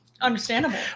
Understandable